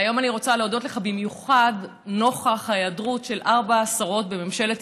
והיום אני רוצה להודות לך במיוחד נוכח ההיעדרות של ארבע השרות בממשלת